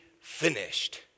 finished